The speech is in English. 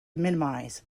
minimise